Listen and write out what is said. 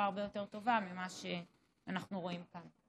הרבה יותר טובה ממה שאנחנו רואים כאן.